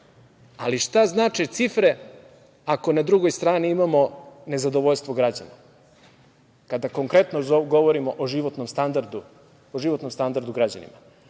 Ali, šta znače cifre ako na drugoj strani imamo nezadovoljstvo građana, kada konkretno govorimo o životnom standardu građana,